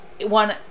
one